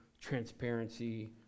transparency